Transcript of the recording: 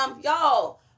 y'all